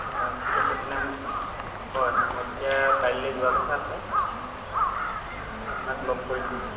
অঁ ঠিক আছে তেনে ম হয় মই তেতিয়া কাইলৈ যোৱা কথা আছে আপোনাক লগ কৰিম তেতিয়া